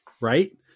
Right